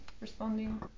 responding